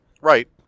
Right